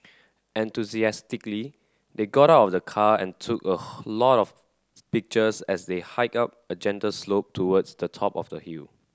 enthusiastically they got out of the car and took a lot of pictures as they hiked up a gentle slope towards the top of the hill